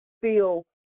feel